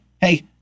Hey